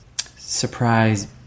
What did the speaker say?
surprise